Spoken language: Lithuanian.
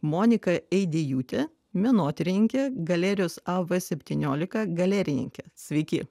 monika eidėjūtė menotyrininkė galerijos av septyniolika galerininkė sveiki